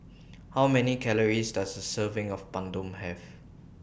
How Many Calories Does A Serving of Papadum Have